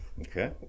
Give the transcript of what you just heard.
Okay